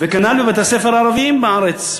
וכנ"ל בבתי-ספר ערביים בארץ.